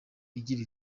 igira